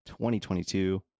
2022